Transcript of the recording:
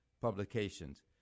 publications